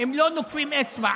הם לא נוקפים אצבע.